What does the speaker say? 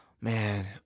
Man